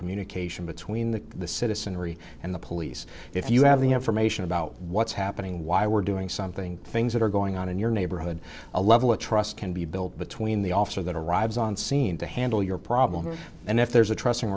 communication between the citizenry and the police if you have the information about what's happening why we're doing something things that are going on in your neighborhood a level of trust can be built between the officer that arrives on scene to handle your problem and if there's a trusting